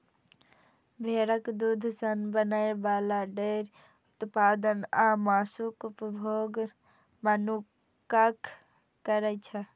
भेड़क दूध सं बनै बला डेयरी उत्पाद आ मासुक उपभोग मनुक्ख करै छै